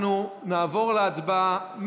אנחנו נעבור להצבעה.